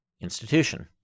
institution